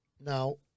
now